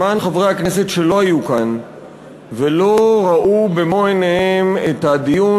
למען חברי הכנסת שלא היו כאן ולא ראו במו עיניהם את הדיון